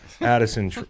Addison